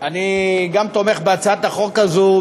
גם אני תומך בהצעת החוק הזאת,